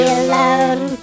alone